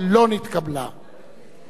אנחנו ממשיכים בסדר-היום.